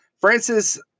Francis